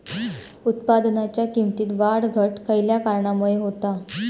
उत्पादनाच्या किमतीत वाढ घट खयल्या कारणामुळे होता?